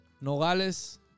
Nogales